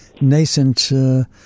nascent